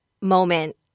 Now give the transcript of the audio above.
moment